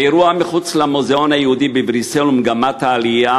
האירוע מחוץ למוזיאון היהודי בבריסל ומגמת העלייה